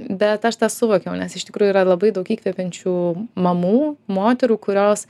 bet aš tą suvokiau nes iš tikrųjų yra labai daug įkvepiančių mamų moterų kurios